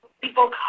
people